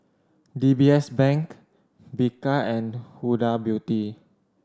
D B S Bank Bika and Huda Beauty